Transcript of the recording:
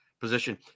position